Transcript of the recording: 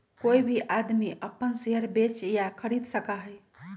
कोई भी आदमी अपन शेयर बेच या खरीद सका हई